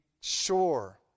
sure